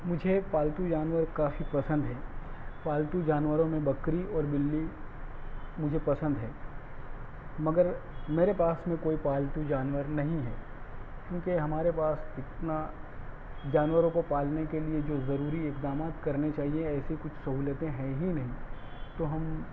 مجھے پالتو جانور کافی پسند ہیں پالتو جانوروں میں بکری اور بلی مجھے پسند ہے مگر میرے پاس میں کوئی پالتو جانور نہیں ہیں کیونکہ ہمارے پاس اتنا جانوروں کو پالنے کے لیے جو ضروری اقدامات کرنے چاہیے ایسی کچھ سہولتیں ہیں ہی نہیں تو ہم